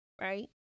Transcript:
right